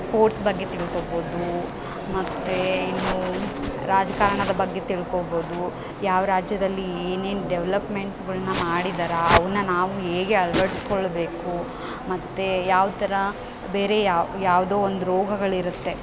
sports ಬಗ್ಗೆ ತಿಳ್ಕೋಬೋದು ಮತ್ತು ಇನ್ನೂ ರಾಜಕಾರಣದ ಬಗ್ಗೆ ತಿಳ್ಕೋಬೋದು ಯಾವ ರಾಜ್ಯದಲ್ಲಿ ಏನೇನು ಡೆವಲಪ್ಮೆಂಟ್ಗಳ್ನ ಮಾಡಿದ್ದಾರೆ ಅವುನಾ ನಾವು ಹೇಗೆ ಅಳ್ವಡ್ಸ್ಕೊಳ್ಳಬೇಕು ಮತ್ತು ಯಾವ ತರ ಬೇರೆ ಯಾವ ಯಾವುದೋ ಒಂದು ರೋಗಗಳಿರುತ್ತೆ